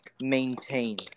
maintain